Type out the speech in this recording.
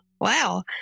Wow